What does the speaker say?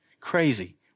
crazy